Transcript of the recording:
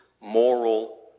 moral